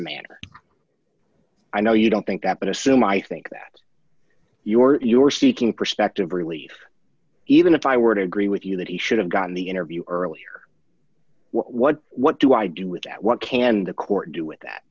manner i know you don't think that but assume i think that you are seeking prospective relief even if i were to agree with you that he should have gotten the interview earlier what what do i do with that what can the court do with that